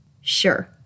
Sure